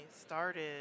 started